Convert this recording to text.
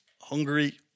Hungary